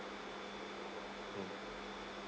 mm